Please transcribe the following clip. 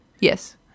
Yes